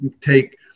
take